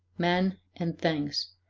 men, and things.